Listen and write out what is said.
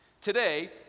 Today